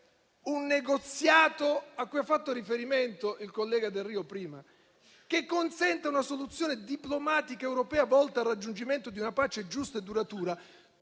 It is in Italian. un negoziato, a cui ha fatto riferimento il collega Delrio prima, che consenta una soluzione diplomatica europea, volta al raggiungimento di una pace giusta e duratura,